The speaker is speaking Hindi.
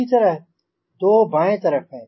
इसी तरह दो बाएँ तरफ़ हैं